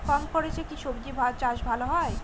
কম খরচে কি সবজি চাষ ভালো হয়?